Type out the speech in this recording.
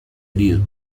herido